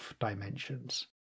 dimensions